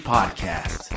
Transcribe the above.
Podcast